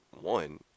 one